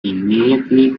immediately